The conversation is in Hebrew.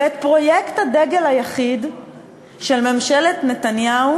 ואת פרויקט הדגל היחיד של ממשלת נתניהו